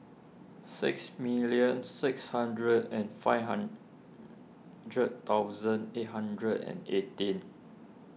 six million six hundred and five hundred thousand eight hundred and eighteen